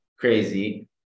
crazy